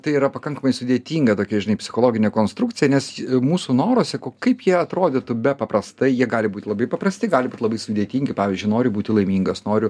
tai yra pakankamai sudėtinga tokia žinai psichologinė konstrukcija nes mūsų noruose kaip jie atrodytų be paprastai jie gali būti labai paprasti gali būt labai sudėtingi pavyzdžiui noriu būti laimingas noriu